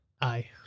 Aye